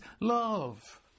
love